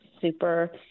super